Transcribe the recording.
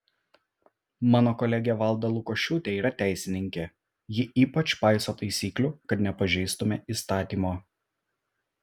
mano kolegė valda lukošiūtė yra teisininkė ji ypač paiso taisyklių kad nepažeistume įstatymo